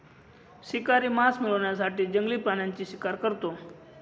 शिकारी मांस मिळवण्यासाठी जंगली प्राण्यांची शिकार करतो